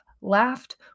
laughed